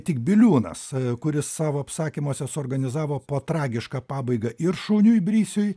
tik biliūnas kuris savo apsakymuose suorganizavo po tragišką pabaigą ir šuniui brisiui